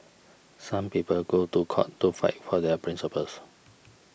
some people go to court to fight for their principles